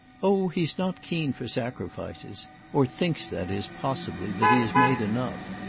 oh he's not keen for sacrifices or thinks, that is, possibly, that he has made enough.